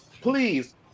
Please